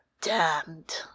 Damned